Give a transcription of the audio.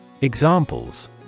Examples